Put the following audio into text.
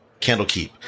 Candlekeep